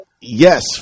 yes